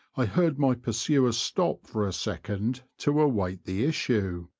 i heard my pursuer stop for a second to await the issue.